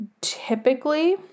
typically